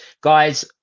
Guys